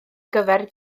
gyfer